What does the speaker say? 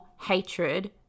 hatred